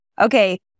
Okay